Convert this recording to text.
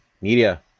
Media